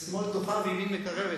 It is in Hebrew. שמאל דוחה וימין מקרבת,